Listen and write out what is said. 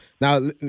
Now